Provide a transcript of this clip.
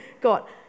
got